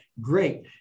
great